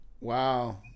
Wow